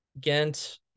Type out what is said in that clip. Ghent